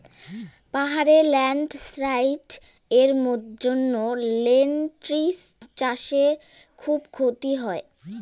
পাহাড়ে ল্যান্ডস্লাইডস্ এর জন্য লেনটিল্স চাষে খুব ক্ষতি হয়